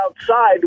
outside